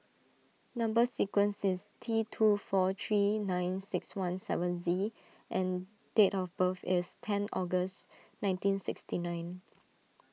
Number Sequence is T two four three nine six one seven Z and date of birth is ten August nineteen sixty nine